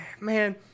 Man